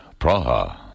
Praha